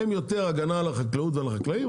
הם יותר הגנה על החקלאות ועל החקלאים,